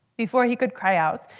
before he could cry out,